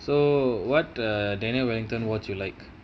so what uh daniel wellington watch you like